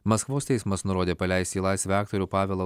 maskvos teismas nurodė paleisti į laisvę aktorių pavelą